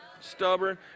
stubborn